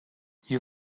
you